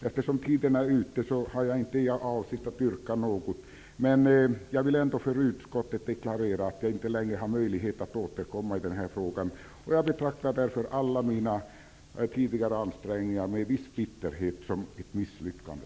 Herr talman! Jag har inte för avsikt att ställa något yrkande, men jag vill ändå för utskottet deklarera att jag inte mer har möjlighet att återkomma i den här frågan. Jag betraktar därför med viss bitterhet alla mina tidigare ansträngningar som ett misslyckande.